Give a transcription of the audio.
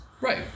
Right